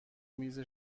میز